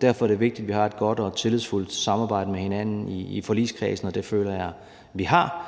Derfor er det vigtigt, at vi har et godt og tillidsfuldt samarbejde med hinanden i forligskredsen, og det føler jeg at vi har.